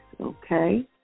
okay